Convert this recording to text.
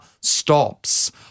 stops